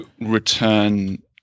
return